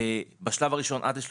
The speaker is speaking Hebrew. בשלב הראשון עד ה-